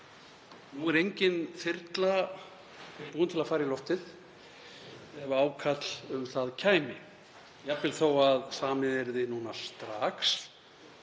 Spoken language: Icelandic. Nú er engin þyrla búin til að fara í loftið ef ákall um það kæmi. Jafnvel þó að samið yrði núna strax